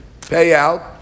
payout